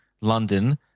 London